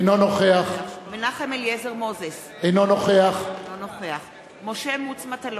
אינו נוכח מנחם אליעזר מוזס, אינו נוכח משה מטלון,